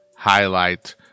highlight